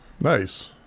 nice